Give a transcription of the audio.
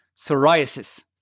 psoriasis